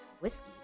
whiskey